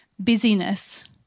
busyness